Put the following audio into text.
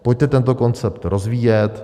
Pojďte tento koncept rozvíjet.